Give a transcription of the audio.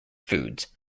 foods